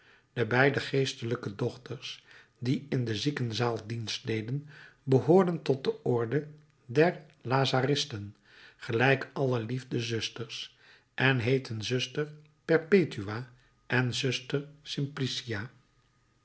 de beide geestelijke dochters die in de ziekenzaal dienst deden behoorden tot de orde der lazaristen gelijk alle liefdezusters en heetten zuster perpetua en zuster simplicia